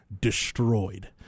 destroyed